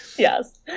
Yes